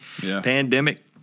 pandemic